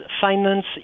Finance